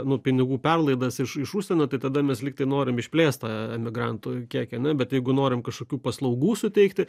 nu pinigų perlaidas iš iš užsienio tai tada mes lygtai norim išplėst tą emigrantų kiekį ane bet jeigu norim kažkokių paslaugų suteikti